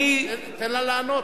תן לה לענות.